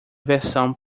versão